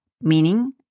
meaning